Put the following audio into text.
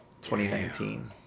2019